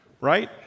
right